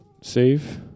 save